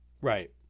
right